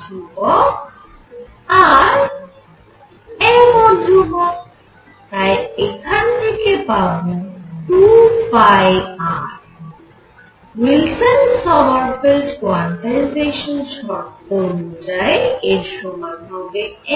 ধ্রুবক আর m ও ধ্রুবক তাই এখানে থেকে পাবো 2 R উইলসন সমারফেল্ড কোয়ান্টাইজেশান শর্ত অনুযায়ী এর সমান হবে n h